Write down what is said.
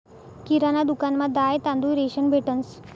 किराणा दुकानमा दाय, तांदूय, रेशन भेटंस